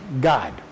God